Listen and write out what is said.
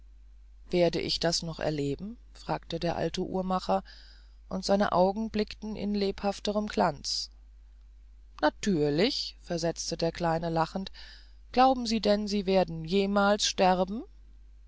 werde ich das noch erleben fragte der alte uhrmacher und seine augen blickten in lebhafterem glanze natürlich versetzte der kleine lachend glauben sie denn daß sie jemals sterben